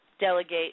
delegate